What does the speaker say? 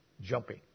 jumping